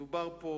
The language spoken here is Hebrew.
דובר פה,